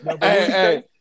hey